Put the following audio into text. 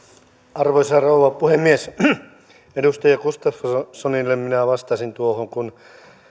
arvoisa rouva puhemies edustaja gustafssonille minä vastaisin tuohon kun